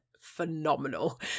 phenomenal